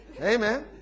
Amen